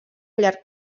llarg